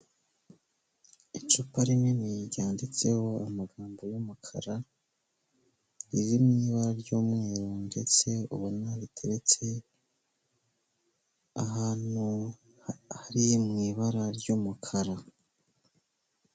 Icupa rinini ryanditseho amagambo y'umukara riri mu ibara ry'umweru ndetse ubona riteretse ahantu hari mu ibara ry'umukara.